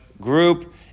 group